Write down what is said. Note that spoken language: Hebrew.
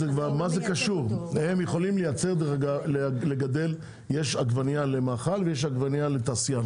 הם יכולים לגדל יש עגבנייה למאכל ויש עגבנייה לתעשייה.